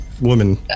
woman